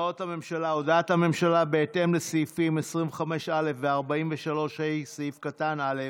הודעת הממשלה בהתאם לסעיפים 25(א) ו-43ה(א)